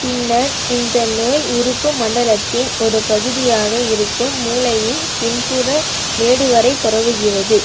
பின்னர் இந்த நோய் உறுப்பு மண்டலத்தின் ஒரு பகுதியாக இருக்கும் மூளையின் பின்புற மேடு வரைப் பரவுகிறது